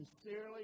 sincerely